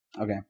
Okay